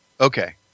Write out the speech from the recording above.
Okay